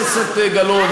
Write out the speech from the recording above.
אל תשתמש בזכויות האדם.